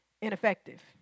ineffective